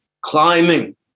climbing